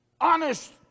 honest